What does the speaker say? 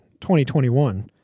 2021